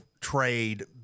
trade